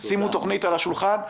שימו תוכנית על השולחן.